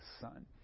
Son